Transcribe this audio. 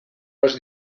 los